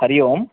हरिः ओम्